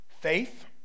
Faith